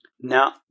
Now